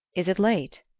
is it late?